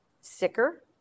sicker